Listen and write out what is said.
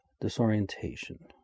disorientation